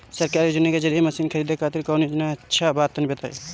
सरकारी योजना के जरिए मशीन खरीदे खातिर कौन योजना सबसे अच्छा बा तनि बताई?